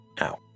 Ow